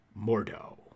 Mordo